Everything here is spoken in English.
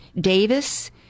Davis